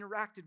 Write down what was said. interacted